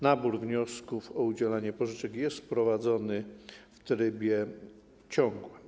Nabór wniosków o udzielanie pożyczek jest prowadzony w trybie ciągłym.